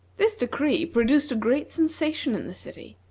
this decree produced a great sensation in the city.